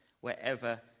wherever